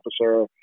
officer